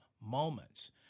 moments